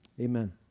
Amen